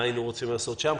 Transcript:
מה היינו רוצים לעשות שם,